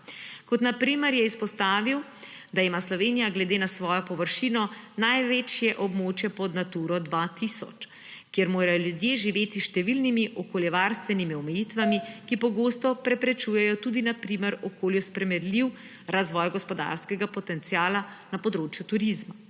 Kot primer je izpostavil, da ima Slovenija glede na svojo površino največje območje pod Naturo 2000, kjer morajo ljudje živeti s številnimi okoljevarstvenimi omejitvami, ki pogosto preprečujejo tudi na primer okolju sprejemljiv razvoj gospodarskega potenciala na področju turizma.